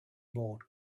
bought